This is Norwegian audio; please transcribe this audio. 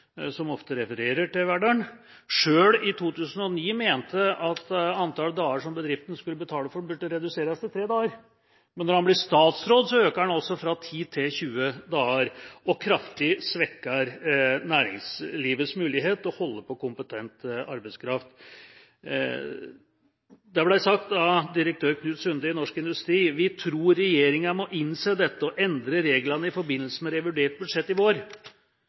som ofte refererer til Verdal, sjøl i 2009 mente at antall dager som bedriftene skal betale for, burde reduseres til tre dager. Men når han blir statsråd, øker han dette fra 10 til 20 dager og svekker kraftig næringslivets mulighet til å holde på kompetent arbeidskraft. Det er blitt sagt av direktør Knut E. Sunde i Norsk industri: «Vi tror regjeringen må innse dette og endre reglene i forbindelse med revidert budsjett i vår.»